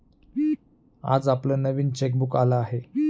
आज आपलं नवीन चेकबुक आलं आहे